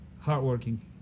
hardworking